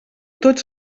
tots